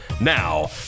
Now